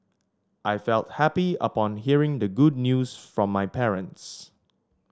I felt happy upon hearing the good news from my parents